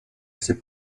ese